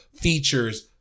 features